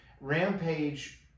Rampage